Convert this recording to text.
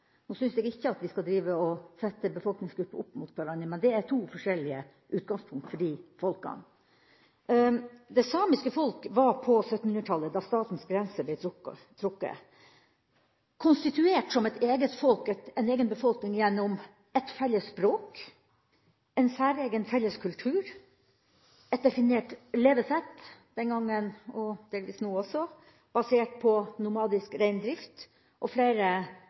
Nå synes jeg ikke vi skal sette befolkningsgrupper opp mot hverandre, men det er to forskjellige utgangspunkt for disse befolkningsgruppene. Det samiske folk var på 1700-tallet, da statens grenser ble trukket opp, konstituert som en egen befolkning gjennom et felles språk, en særegen, felles kultur, et definert levesett den gangen – og delvis nå også – basert på nomadisk reindrift og flere